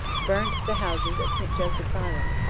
burnt the houses at st joseph's island,